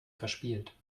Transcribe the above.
verspielt